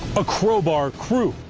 a crowbar crew,